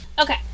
Okay